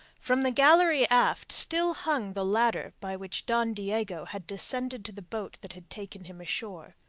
from the gallery aft still hung the ladder by which don diego had descended to the boat that had taken him ashore.